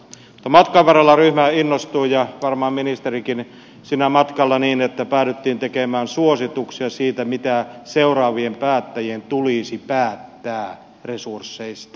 mutta matkan varrella ryhmä innostui ja varmaan ministerikin siinä matkalla niin että päädyttiin tekemään suosituksia siitä mitä seuraavien päättäjien tulisi päättää resursseista